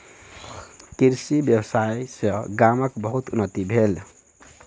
कृषि व्यवसाय सॅ गामक बहुत उन्नति भेल